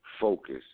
focus